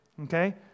Okay